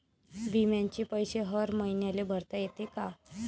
बिम्याचे पैसे हर मईन्याले भरता येते का?